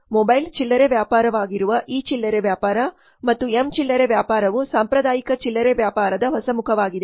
mobile ಚಿಲ್ಲರೆ ವ್ಯಾಪಾರವಾಗಿರುವ e ಚಿಲ್ಲರೆ ವ್ಯಾಪಾರ ಮತ್ತು ಎಂ ಚಿಲ್ಲರೆ ವ್ಯಾಪಾರವು ಸಾಂಪ್ರದಾಯಿಕ ಚಿಲ್ಲರೆ ವ್ಯಾಪಾರದ ಹೊಸ ಮುಖವಾಗಿದೆ